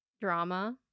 drama